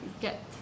get